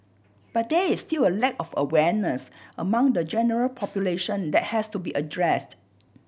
but there is still a lack of awareness among the general population that has to be addressed